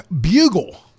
bugle